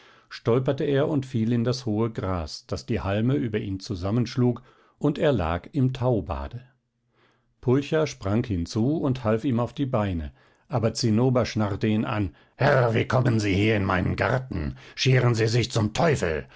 stolperte er und fiel in das hohe gras das die halme über ihn zusammenschlug und er lag im taubade pulcher sprang hinzu und half ihm auf die beine aber zinnober schnarrte ihn an herr wie kommen sie hier in meinen garten scheren sie sich zum teufel